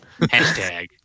Hashtag